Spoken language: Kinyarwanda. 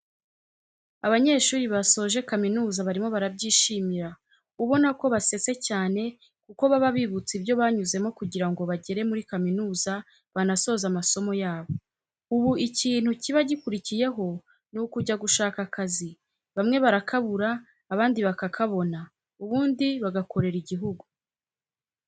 Abanyeshuri basoje kaminuza barimo barabyishimira, ubona ko basetse cyane kuko baba bibutse ibyo banyuzemo kugira ngo bagere muri kaminuza banasoze amasomo yabo. Ubu ikintu kiba gikurikiyeho ni ukujya gushaka akazi, bamwe barakabura abandi bakakabona ubundi bagakorera igihugu.